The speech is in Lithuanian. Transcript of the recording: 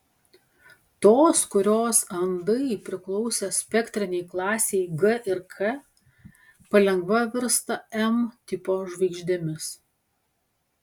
tos kurios andai priklausė spektrinei klasei g ir k palengva virsta m tipo žvaigždėmis